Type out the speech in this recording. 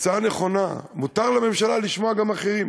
הצעה נכונה, מותר לממשלה לשמוע גם אחרים.